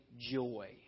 joy